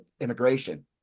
immigration